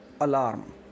alarm